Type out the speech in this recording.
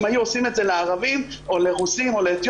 אם היו עושים את זה לערבים או לרוסים או לאתיופים,